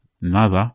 nada